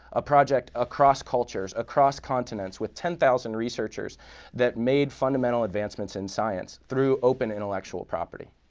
a project across cultures, across continents with ten thousand researchers that made fundamental advancements in science through open intellectual property.